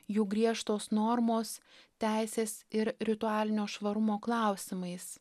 jų griežtos normos teisės ir ritualinio švarumo klausimais